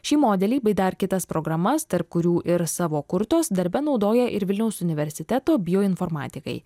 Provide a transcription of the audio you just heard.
šį modelį bei dar kitas programas tarp kurių ir savo kurtos darbe naudoja ir vilniaus universiteto bioinformatikai